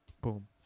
boom